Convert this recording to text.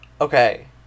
Okay